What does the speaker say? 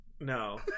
No